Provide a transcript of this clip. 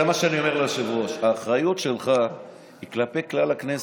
זה מה שאני אומר ליושב-ראש: האחריות שלך היא כלפי כלל הכנסת.